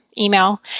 email